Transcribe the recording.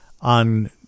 on